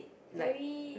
very